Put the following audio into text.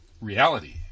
reality